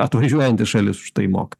atvažiuojanti šalis už tai moka